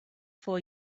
for